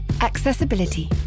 Accessibility